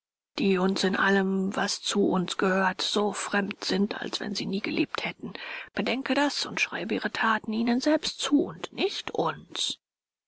die uns in allem was zu uns gehört so fremd sind als wenn sie nie gelebt hätten bedenke das und schreibe ihre thaten ihnen selbst zu und nicht uns